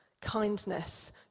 kindness